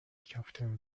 capital